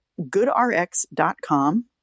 goodrx.com